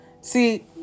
See